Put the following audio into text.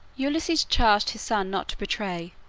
ulysses charged his son not to betray,